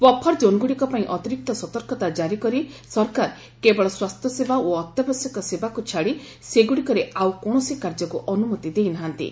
buffer ଜୋନ୍ଗୁଡ଼ିକ ପାଇଁ ଅତିରିକ୍ତ ସତର୍କତା ଜାରି କରି ସରକାର କେବଳ ସ୍ପାସ୍ଥ୍ୟସେବା ଓ ଅତ୍ୟାବଶ୍ୟକ ସେବାକୁ ଛାଡ଼ି ସେଗୁଡ଼ିକରେ ଆଉ କୌଣସି କାର୍ଯ୍ୟକୁ ଅନୁମତି ଦେଇନାହାନ୍ତି